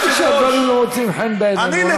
גם כשהדברים לא מוצאים חן בעינינו,